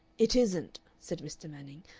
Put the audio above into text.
it isn't, said mr. manning,